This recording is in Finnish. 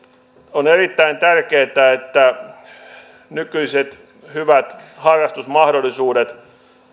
on erittäin tärkeätä että nykyiset hyvät harrastusmahdollisuudet